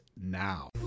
now